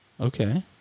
Okay